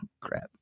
crap